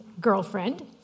girlfriend